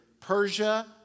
Persia